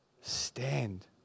stand